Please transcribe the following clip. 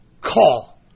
call